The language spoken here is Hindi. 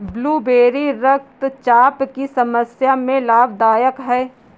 ब्लूबेरी रक्तचाप की समस्या में लाभदायक है